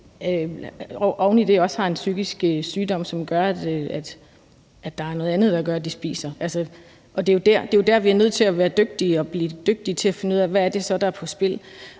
oven i det også har en psykisk sygdom, som betyder, at der er noget andet, der gør, at de spiser. Og det er jo der, vi er nødt til at blive dygtige til at finde ud af, hvad det så er,